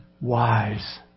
wise